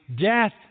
death